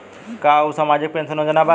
का उ सामाजिक पेंशन योजना बा?